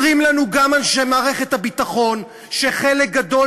אומרים לנו גם אנשי מערכת הביטחון שחלק גדול